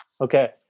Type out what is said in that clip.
Okay